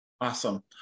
Awesome